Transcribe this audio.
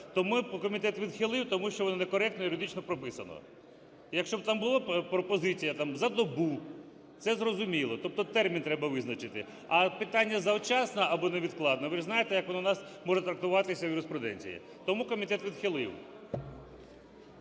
Тому комітет відхилив, тому що воно некоректно юридично прописано. І якщо б там була пропозиція там за добу – це зрозуміло. Тобто термін треба визначити. А питання завчасно або невідкладно, ви ж знаєте, як воно у нас може трактуватися в юриспруденції. Тому комітет відхилив.